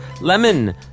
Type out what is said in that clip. Lemon